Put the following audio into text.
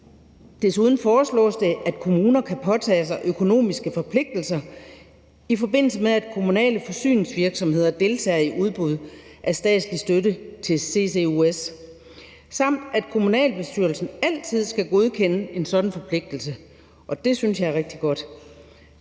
Desuden foreslås det, at kommuner kan påtage sig økonomiske forpligtelser, i forbindelse med at kommunale forsyningsvirksomheder deltager i udbud af statslig støtte til CCUS, samt at kommunalbestyrelsen altid skal godkende en sådan forpligtelse – og det synes jeg er rigtig godt.